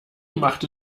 machte